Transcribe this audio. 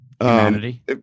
humanity